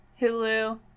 Hulu